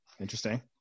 Interesting